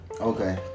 Okay